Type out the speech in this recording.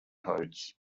codes